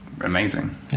amazing